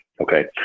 okay